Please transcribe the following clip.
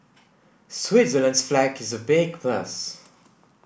Switzerland's flag is a big plus